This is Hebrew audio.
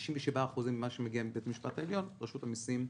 ב-97% ממה שמגיע לבית המשפט העליון רשות המסים זוכה.